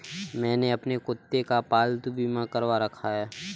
मैंने अपने कुत्ते का पालतू बीमा करवा रखा है